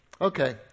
Okay